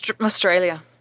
Australia